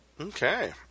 Okay